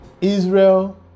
Israel